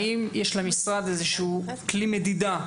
האם יש למשרד איזשהו כלי מדידה?